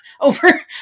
Over